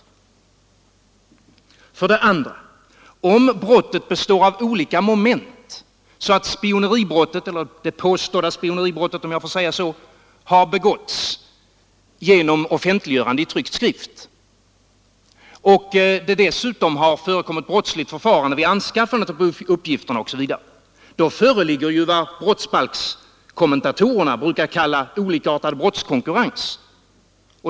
Om, för det andra, brottet består av olika moment, så att det påstådda spioneribrottet — om jag får säga så — har begåtts genom offentliggörande i tryckt skrift och det dessutom har förekommit brottsligt förfarande vid anskaffandet av uppgifterna, föreligger vad brottsbalkskommentatorerna brukar kalla olikartad brottskonkurrens.